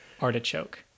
artichoke